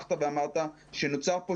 שפתחת ואמרת שנוצר כאן,